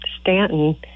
Stanton